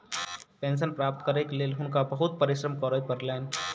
pension प्राप्त करैक लेल हुनका बहुत परिश्रम करय पड़लैन